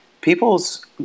People's